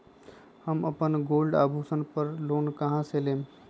हम अपन गोल्ड आभूषण पर लोन कहां से लेम?